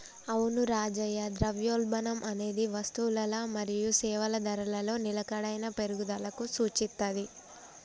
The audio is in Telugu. అవును రాజయ్య ద్రవ్యోల్బణం అనేది వస్తువులల మరియు సేవల ధరలలో నిలకడైన పెరుగుదలకు సూచిత్తది